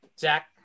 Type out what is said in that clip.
Zach